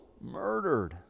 murdered